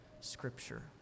Scripture